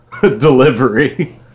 delivery